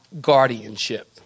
guardianship